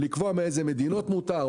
לקבוע מאיזה מדינות מותר,